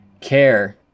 care